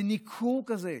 לניכור כזה?